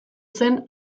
zen